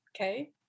okay